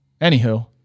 anywho